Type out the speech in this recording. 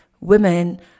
women